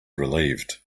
relieved